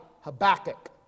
Habakkuk